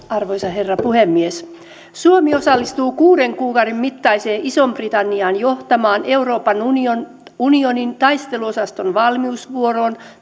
arvoisa herra puhemies suomi osallistuu kuuden kuukauden mittaiseen ison britannian johtamaan euroopan unionin unionin taisteluosaston valmiusvuoroon